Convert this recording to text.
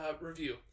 review